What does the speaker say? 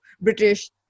british